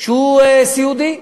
שהוא סיעודי,